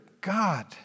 God